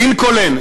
לינקולן,